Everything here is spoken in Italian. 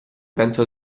vento